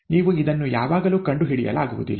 ನೀವು ಇದನ್ನು ಯಾವಾಗಲೂ ಕಂಡುಹಿಡಿಯಲಾಗುವುದಿಲ್ಲ